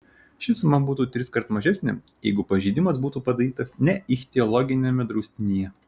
ši suma būtų triskart mažesnė jeigu pažeidimas būtų padarytas ne ichtiologiniame draustinyje